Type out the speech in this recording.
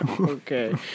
Okay